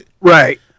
Right